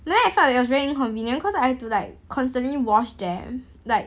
then I felt that it was very inconvenient because I have to like constantly wash them like